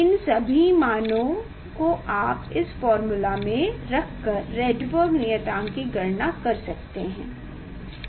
इन सभी मानों को आप इस फार्मूला में रख कर राइडबर्ग नियतांक की गणना कर सकते हैं